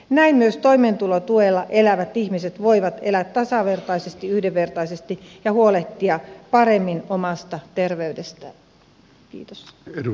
näin myös toimeentulotuella elävät ihmiset voivat elää tasavertaisesti yhdenvertaisesti ja huolehtia paremmin omasta terveydestään